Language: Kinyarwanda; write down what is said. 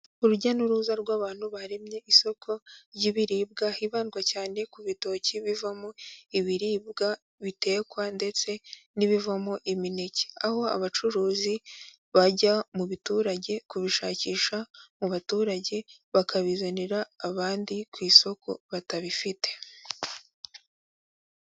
Urujya n'uruza rw'abantu baremye isoko ry'ibiribwa, hibandwa cyane ku bitoki bivamo ibiribwa bitekwa ndetse n'ibivamo imineke, aho abacuruzi bajya mu biturage kubishakisha mu baturage, bakabizanira abandi ku isoko batabifite.